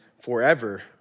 forever